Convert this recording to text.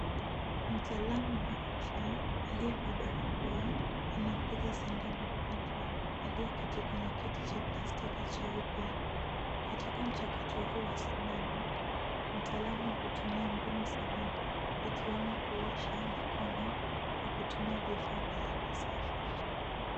Mtaalamu wa afya aliyevaa barakoa, anampiga sindano mgonjwa aliyeketi kwenye kiti cha plastiki cheupe. Katika mchakato huu wa sindano, mtaalamu hutumia mbinu salama, ikiwemo kuosha mikono na kutumia vifaa vilivyo safi.